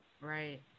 Right